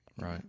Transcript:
right